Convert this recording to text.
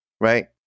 right